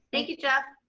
thank you, jeff.